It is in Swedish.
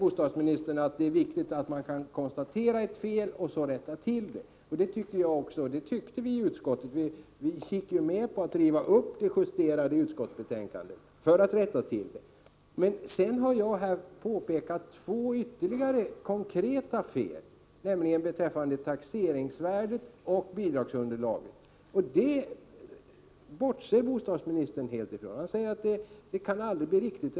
Bostadsministern säger att det är viktigt att man kan konstatera ett fel och att man sedan också rättar till felet. Även jag tycker att det är viktigt, och det tyckte vi i utskottet också. Vi gick ju med på att riva upp det justerade utskottsbetänkandet för att kunna göra ett tillrättaläggande. Sedan vill jag framhålla att jag pekat på ytterligare två konkreta fel i det här sammanhanget, nämligen beträffande taxeringsvärdet och bidragsunderlaget. Men det påpekandet bortser bostadsministern helt från. Han säger att det aldrig kan bli helt riktigt.